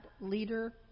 leader